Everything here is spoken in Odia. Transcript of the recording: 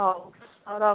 ହଉ ହଉ ରଖ